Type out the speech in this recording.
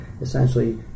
Essentially